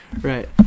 Right